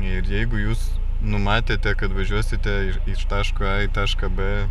ir jeigu jūs numatėte kad važiuosite iš taško a į tašką b